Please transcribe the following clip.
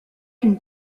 qu’une